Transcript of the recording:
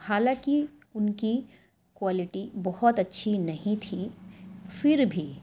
حالاں کہ ان کی کوالٹی بہت اچھی نہیں تھی پھر بھی